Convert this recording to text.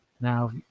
Now